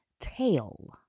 tail